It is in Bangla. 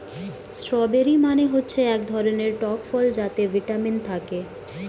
স্ট্রবেরি মানে হচ্ছে এক ধরনের টক ফল যাতে ভিটামিন থাকে